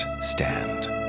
stand